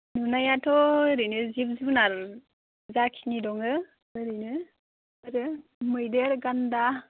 नुनायाथ' ओरैनो जिब जुनार जाखिनि दङ ओरैनो आरो मैदेर गान्दा